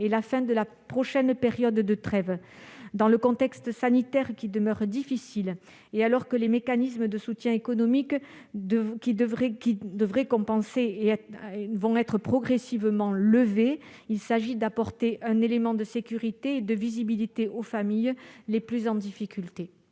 et la fin de la prochaine période de trêve. Dans un contexte sanitaire qui demeure difficile, et alors que les mécanismes de soutien économique qui devraient en compenser les effets vont commencer à être progressivement levés, il s'agit d'apporter un élément de sécurité et de visibilité aux familles les plus en difficulté.